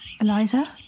Eliza